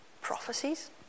Prophecies